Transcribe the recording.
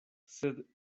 sed